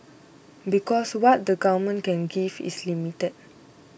because what the government can give is limited